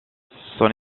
son